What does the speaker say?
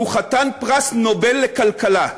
הוא חתן פרס נובל לכלכלה,